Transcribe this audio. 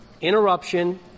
interruption